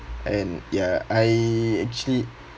and ya I actually